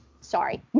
Sorry